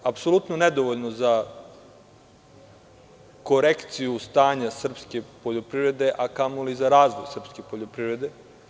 To je apsolutno nedovoljno za korekciju stanja srpske poljoprivrede, a kamoli za razvoj srpske poljoprivrede.